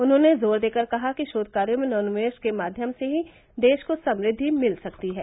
उन्होंने जोर देकर कहा कि शोध कार्यो में नवोन्मेष के माध्यम से ही देश को समृद्वि मिल सकती है